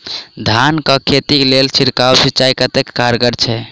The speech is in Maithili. धान कऽ खेती लेल छिड़काव सिंचाई कतेक कारगर छै?